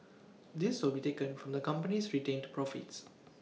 this will be taken from the company's retained profits